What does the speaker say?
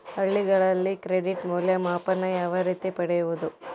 ಹಳ್ಳಿಗಳಲ್ಲಿ ಕ್ರೆಡಿಟ್ ಮೌಲ್ಯಮಾಪನ ಯಾವ ರೇತಿ ಪಡೆಯುವುದು?